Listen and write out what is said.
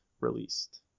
released